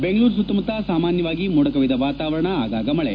ಬೆಂಗಳೂರು ಸುತ್ತಮುತ್ತ ಸಾಮಾನ್ಯವಾಗಿ ಮೋಡಕವಿದ ವಾತಾವರಣ ಆಗಾಗ ಮಳೆ